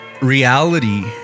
reality